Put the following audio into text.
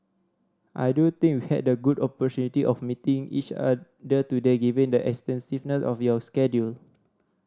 I do think we had the good opportunity of meeting each other today given the extensiveness of your schedule